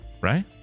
right